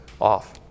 off